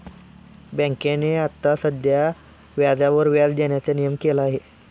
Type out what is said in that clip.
बँकेने आता साध्या व्याजावर व्याज देण्याचा नियम केला आहे